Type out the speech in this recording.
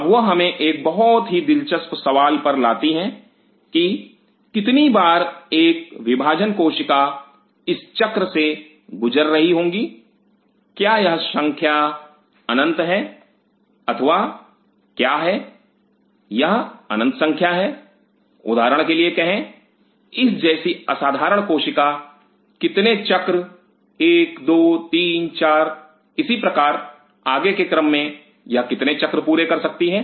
अब वह हमें एक बहुत ही दिलचस्प सवाल पर लाती हैं की कितनी बार एक विभाजन कोशिका इस चक्र से गुजर रही होंगी क्या यह संख्या अनंत है अथवा क्या है यह अनंत संख्या है उदाहरण के लिए कहे इस जैसी असाधारण कोशिका कितने चक्र 12 3 4 इसी प्रकार आगे के क्रम में यह कितने चक्र पूरे कर सकती हैं